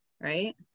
right